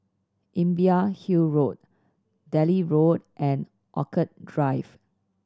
Imbiah Hill Road Delhi Road and Orchid Drive